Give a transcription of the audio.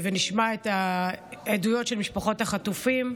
ונשמע את העדויות של משפחות החטופים.